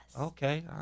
Okay